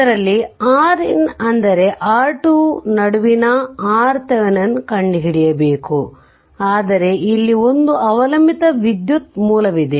ಅದರಲ್ಲಿ R in ಅಂದರೆ R2 ನಡುವಿನ RThevenin ಕಂಡುಹಿಡಿಯಬೇಕು ಆದರೆ ಇಲ್ಲಿ ಒಂದು ಅವಲಂಬಿತ ವಿದ್ಯುತ್ ಮೂಲವಿದೆ